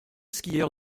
skieur